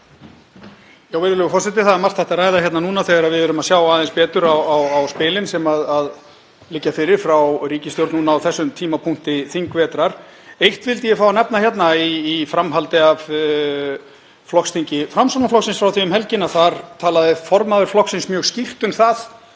Virðulegur forseti. Það er margt hægt að ræða nú þegar við fáum að sjá aðeins betur á spilin sem liggja fyrir frá ríkisstjórn á þessum tímapunkti þingvetrar. Eitt vildi ég fá að nefna í framhaldi af flokksþingi Framsóknarflokksins frá því um helgina: Þar talaði formaður flokksins mjög skýrt um að